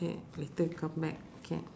yeah later come back okay